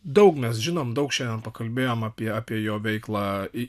daug mes žinom daug šiandien pakalbėjom apie apie jo veiklą